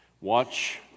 watch